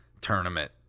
tournament